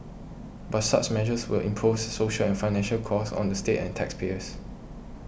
but such measures will impose social and financial costs on the state and taxpayers